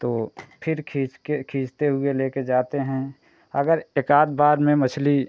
तो फ़िर खींचके खींचते हुए लेकर जाते हैं अगर एकाध बार में मछली